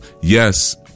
yes